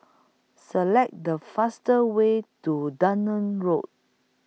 Select The fastest Way to Dunman Road